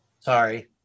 Sorry